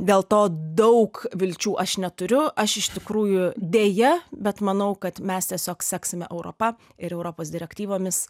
dėl to daug vilčių aš neturiu aš iš tikrųjų deja bet manau kad mes tiesiog seksime europa ir europos direktyvomis